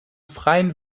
freien